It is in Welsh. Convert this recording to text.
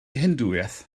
hindŵaeth